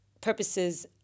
purposes